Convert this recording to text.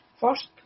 first